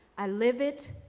i live it,